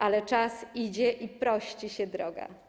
Ale czas idzie i prości się droga.